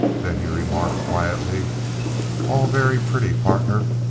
then he remarked quietly all very pretty, partner,